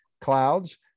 clouds